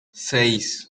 seis